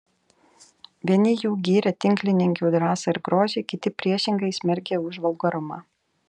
vieni jų gyrė tinklininkių drąsą ir grožį kiti priešingai smerkė už vulgarumą